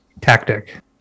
tactic